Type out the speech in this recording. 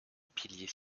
pilier